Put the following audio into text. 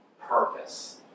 purpose